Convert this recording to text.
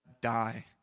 die